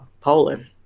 Poland